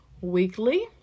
weekly